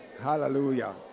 Hallelujah